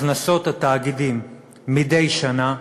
הכנסות התאגידים מדי שנה,